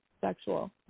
sexual